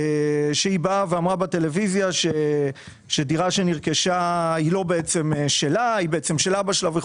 שאמרה שדירה שנרכשה היא לא שלה אלא של אבא שלה.